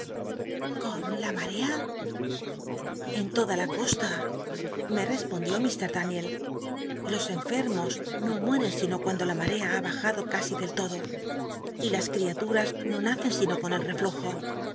con la marea odn la costa me respond ió mr daniel en l los enfermos no mueren sino cuando la marca ha bajndo casi del todo y las criaturas no nacen sino con el rcllt